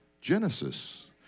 Genesis